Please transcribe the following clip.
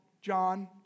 John